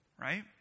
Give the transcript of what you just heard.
Right